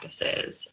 practices